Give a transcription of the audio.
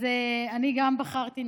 אז גם אני בחרתי,